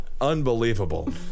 Unbelievable